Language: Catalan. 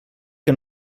que